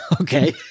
Okay